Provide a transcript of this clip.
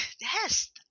Yes